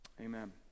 Amen